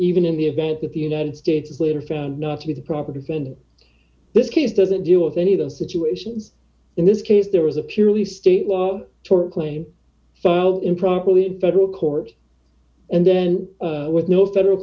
even in the event that the united states is later found not to be the proper defendant this case doesn't deal with any of those situations in this case there was a purely state law tort claim filed improperly in federal court and then with no federal